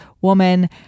woman